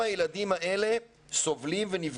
אלה - ה-OECD,